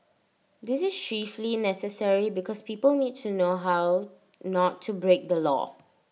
this is chiefly necessary because people need to know how not to break the law